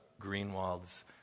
Greenwald's